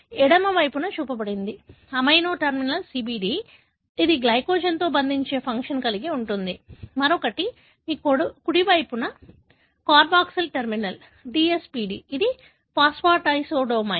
ఎడమ వైపున చూపబడినది అమైనో టెర్మినల్ CBD ఇది గ్లైకోజెన్తో బంధించే ఫంక్షన్ కలిగి ఉంటుంది మరొకటి మీ కుడి వైపున కార్బాక్సిల్ టెర్మినల్ DSPD ఇది ఫాస్ఫాటాసెడోమైన్